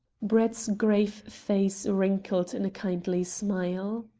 brett's grave face wrinkled in a kindly smile.